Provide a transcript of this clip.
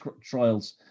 trials